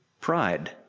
pride